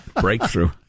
Breakthrough